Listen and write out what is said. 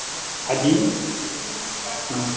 હાં જી નમસ્કાર